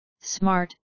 smart